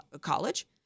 College